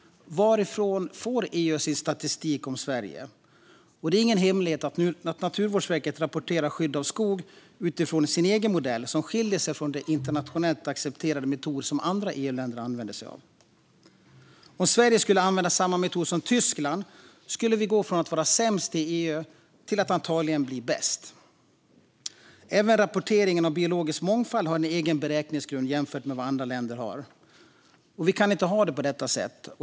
Varifrån får EU sin statistik om Sverige? Det är ingen hemlighet att Naturvårdsverket rapporterar skydd av skog utifrån en egen modell som skiljer sig från den internationellt accepterade metod som andra EU-länder använder sig av. Om Sverige skulle använda samma metod som Tyskland skulle vi gå från att vara sämst i EU till att antagligen bli bäst. Även rapporteringen av biologisk mångfald har en egen beräkningsgrund jämfört med vad andra länder har. Vi kan inte det på detta sätt.